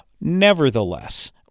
Nevertheless